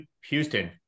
Houston